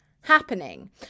happening